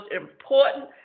important